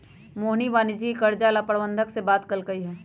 मोहिनी वाणिज्यिक कर्जा ला प्रबंधक से बात कलकई ह